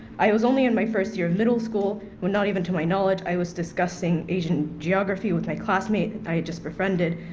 i was only on my first year of middle school, and not even to my knowledge i was discussing asian geography with my classmate i had just befriended.